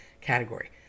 category